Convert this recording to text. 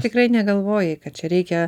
tikrai negalvojai kad čia reikia